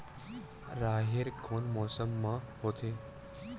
राहेर कोन मौसम मा होथे?